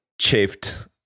chafed